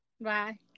Bye